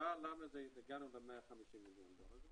הסיבה למה הגענו ל-150 מיליון דולר זו